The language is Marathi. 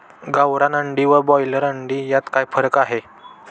गावरान अंडी व ब्रॉयलर अंडी यात काय फरक आहे?